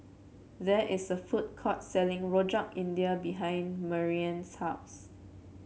there is a food court selling Rojak India behind Marianne's house